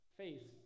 faith